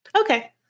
Okay